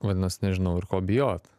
vadinas nežinau ir ko bijot